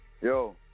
Yo